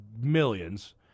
millions